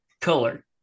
color